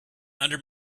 under